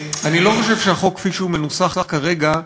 אני לא חושב שהחוק, כפי שהוא מנוסח כרגע,